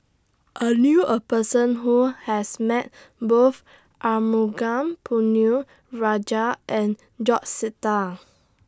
I knew A Person Who has Met Both Arumugam Ponnu Rajah and George Sita